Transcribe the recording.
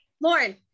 Lauren